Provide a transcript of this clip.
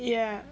yeah